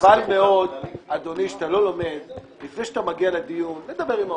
חבל מאוד שאתה לא לומד לפני שאת המגיע לדיון לדבר עם האופוזיציה,